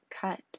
cut